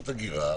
הגירה,